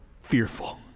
fearful